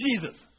Jesus